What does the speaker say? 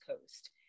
Coast